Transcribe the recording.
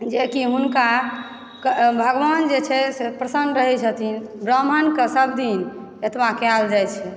जेकि हुनका भगवान जे छै प्रसन्न रहय छथिन ब्राम्हणकऽ सभ दिन एतबा कयल जाइ छै